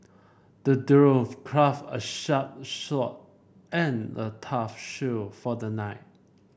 the dwarf crafted a sharp sword and a tough shield for the knight